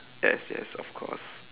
yes yes of course